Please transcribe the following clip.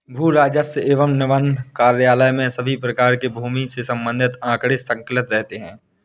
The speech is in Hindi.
भू राजस्व एवं निबंधन कार्यालय में सभी प्रकार के भूमि से संबंधित आंकड़े संकलित रहते हैं